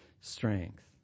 strength